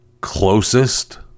closest